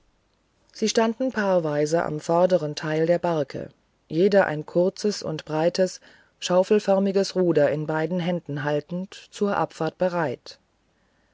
sie standen paarweise im vorderen teil der barke jeder ein kurzes und breites schaufelförmiges ruder in beiden händen haltend zum abfahren bereit